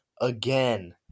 again